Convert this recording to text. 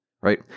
right